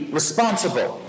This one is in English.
responsible